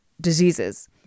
diseases